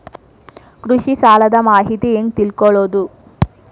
ಕೃಷಿ ಸಾಲದ ಮಾಹಿತಿ ಹೆಂಗ್ ತಿಳ್ಕೊಳ್ಳೋದು?